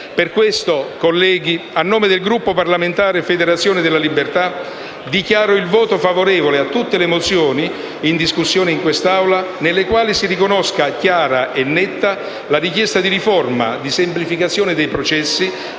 Per questo, colleghi, a nome del Gruppo parlamentare Federazione della Libertà, dichiaro il voto favorevole a tutte le mozioni in discussione in quest'Aula, nelle quali si riconosca chiara e netta la richiesta di riforma, di semplificazione dei processi